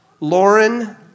Lauren